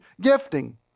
gifting